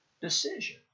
decision